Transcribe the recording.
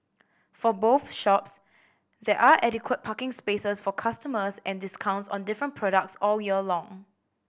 for both shops there are adequate parking spaces for customers and discounts on different products all year long